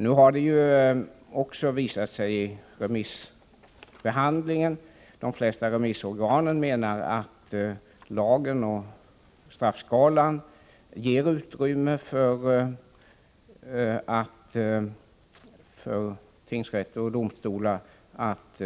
Nu har det ju också vid remissbehandlingen visat sig att de flesta remissinstanser menar att lagen och straffskalan ger utrymme för tingsrätt och andra domstolar att